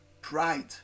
Pride